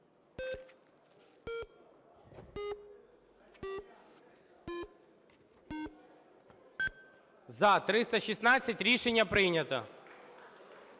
За-316 Рішення прийнято.